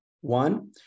One